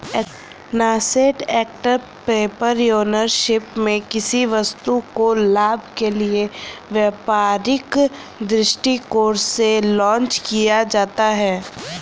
nascent entrepreneurship में किसी वस्तु को लाभ के लिए व्यापारिक दृष्टिकोण से लॉन्च किया जाता है